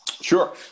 Sure